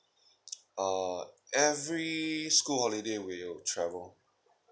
ah every school holiday we'll travel